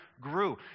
grew